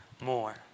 more